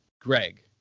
Greg